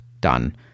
done